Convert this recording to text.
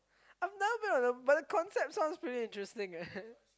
I've never been on a but the concept sounds pretty interesting eh